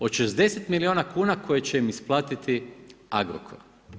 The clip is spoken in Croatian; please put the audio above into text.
Od 60 miliona kuna koje će im isplatiti Agrokor.